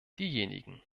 diejenigen